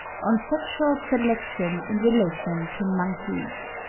on sexual selection in relation to monkeys.